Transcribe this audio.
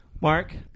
Mark